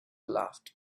laughed